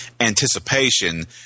anticipation